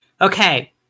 Okay